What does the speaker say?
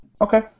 Okay